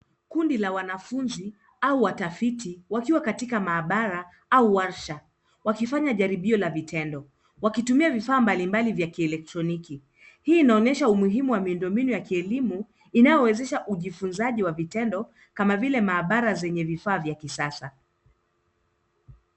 Kundi la wanafuzi au watafiti wakiwa katika maabara au warsha, wakifanya jaribio la vitendo, wakitumia vifaa mbalimbali vya kielektroniki. Hii inaonyesha umuhimu wa miundombinu ya kielimu inayowezesha ujifunzaji wa vitendo kama vile maabara zenye vifaa vya kisasa.